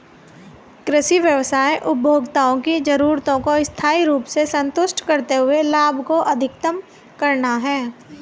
कृषि व्यवसाय उपभोक्ताओं की जरूरतों को स्थायी रूप से संतुष्ट करते हुए लाभ को अधिकतम करना है